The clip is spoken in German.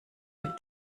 dem